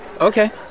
Okay